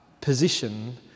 position